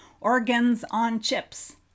organs-on-chips